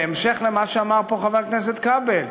בהמשך למה שאמר פה חבר הכנסת כבל: